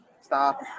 Stop